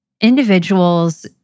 individuals